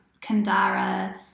Kandara